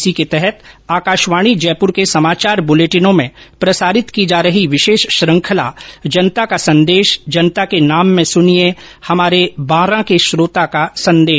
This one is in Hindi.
इसी के तहत आकाशवाणी जयपुर के समाचार बुलेटिनों में प्रसारित की जा रही विशेष श्रृंखला जनता का संदेश जनता के नाम में सुनिये हमारे बारां के श्रोता का संदेश